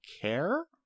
care